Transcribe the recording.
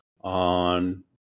on